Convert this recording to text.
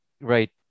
right